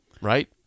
right